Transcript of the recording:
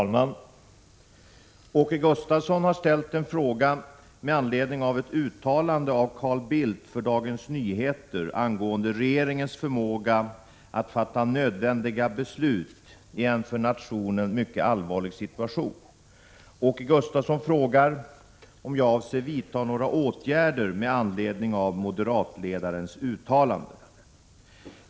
Herr talman! Åke Gustavsson har ställt en fråga med anledning av ett uttalande av Carl Bildt för Dagens Nyheter angående regeringens förmåga att fatta nödvändiga beslut i en för nationen mycket allvarlig situation. Åke Gustavsson frågar om jag avser vidta några åtgärder med anledning av moderatledarens uttalande.